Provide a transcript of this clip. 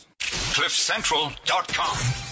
Cliffcentral.com